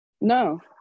no